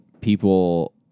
people